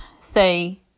say